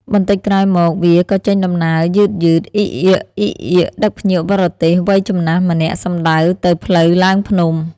បន្តិចក្រោយមក វាក៏ចេញដំណើរយឺតៗ អ៊ីកអ៊ាកៗ ដឹកភ្ញៀវបរទេសវ័យចំណាស់ម្នាក់សំដៅទៅផ្លូវឡើងភ្នំ ។